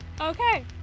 Okay